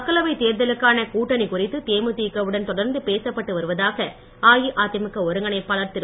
மக்களவைத் தேர்தலுக்கான கூட்டணி குறித்து தேமுதிக வுடன் தொடர்ந்து பேசப்பட்டு வருவதாக அஇஅதிமுக ஒருங்கிணைப்பாளர் திரு